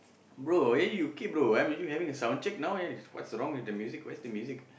bro eh you okay bro uh are you having a sound check now what's wrong with the music where's the music